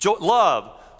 Love